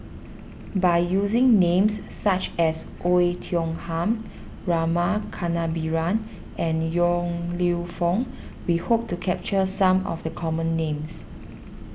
by using names such as Oei Tiong Ham Rama Kannabiran and Yong Lew Foong we hope to capture some of the common names